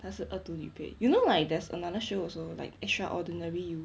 他是恶毒女配 you know like there's another show also like extraordinary you